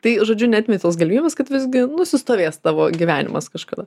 tai žodžiu neatmeti tos galimybės kad visgi nusistovės tavo gyvenimas kažkada